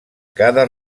cada